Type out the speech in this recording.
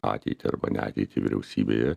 ateitį arba neateitį vyriausybėje